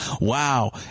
Wow